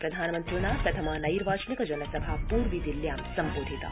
प्रधानमन्त्रिणा प्रथमा नैर्वाचिक जनसभा पूर्वी दिल्ल्यां सम्बोधिता